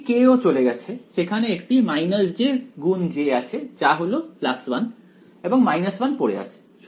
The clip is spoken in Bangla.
একটি k ও চলে গেছে সেখানে একটি j × j আছে যা হলো 1 এবং 1 পড়ে আছে